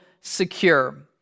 secure